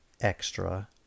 extra